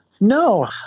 No